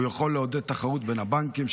הוא יכול לעודד תחרות בין הבנקים,